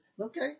okay